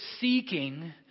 seeking